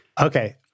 Okay